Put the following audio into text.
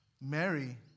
Mary